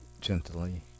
gently